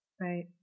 Right